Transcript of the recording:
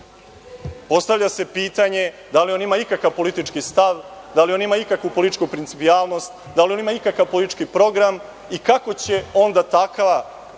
postavlja se pitanje da li ona ima ikakav politički stav, da li ona ima ikakvu političku principijelnost, da li ona ima ikakav politički program i kako će onda takva, da